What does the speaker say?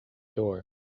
door